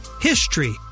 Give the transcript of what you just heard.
HISTORY